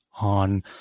on